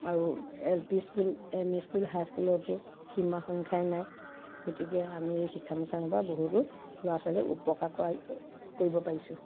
আৰু L P school M E school হাইস্কুলতো সীমা সংখ্যাই নাই গতিকে আমি এই শিক্ষানুষ্ঠানৰ পৰা বহুতো ল'ৰা ছোৱালীৰ উপকাৰ কৰিব পাৰিছোঁ